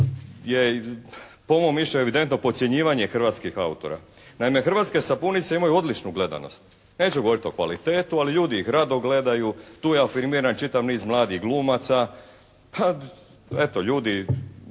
je po mom mišljenju evidentno potcijenjivanje hrvatskih autora. Naime hrvatske sapunice imaju odličnu gledanost. Neću govoriti o kvalitetu ali ljudi ih rado gledaju. Tu je afirmiran čitav niz mladih glumaca. A, eto ljudi